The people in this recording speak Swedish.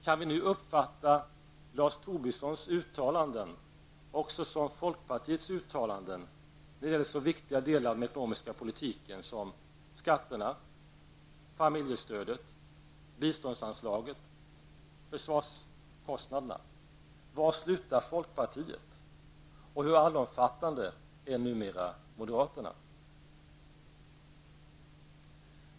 Kan vi nu uppfatta Lars Tobissons uttalanden också som folkpartiets uttalanden när det gäller så viktiga delar av den ekonomiska politiken som skatterna, familjestödet, biståndsanslagen och försvarskostnaderna? Var slutar folkpartiet och hur allomfattande är numera moderaterna?